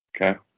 Okay